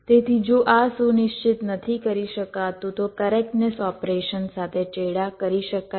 તેથી જો આ સુનિશ્ચિત નથી કરી શકાતું તો કરેક્ટનેસ ઓપેરશન સાથે ચેડા કરી શકાય છે